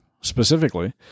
specifically